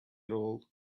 all